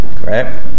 right